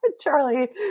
Charlie